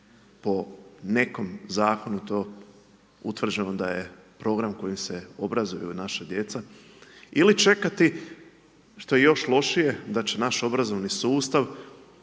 po nekom zakonu utvrđeno da je program kojim se obrazuju naša djeca, ili čekati što je još lošije da će naš obrazovni sustav od